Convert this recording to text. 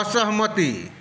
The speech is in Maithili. असहमति